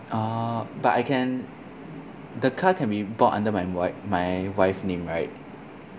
oh but I can the car can be bought under my wife my wife name right